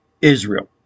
Israel